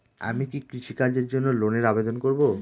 আমি কি কৃষিকাজের জন্য লোনের আবেদন করব?